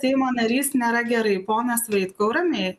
seimo narys nėra gerai ponas vaitkau ramiai